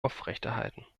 aufrechterhalten